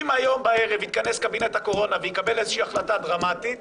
אם היום בערב יתכנס קבינט הקורונה ויקבל איזושהי החלטה דרמטית,